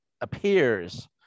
appears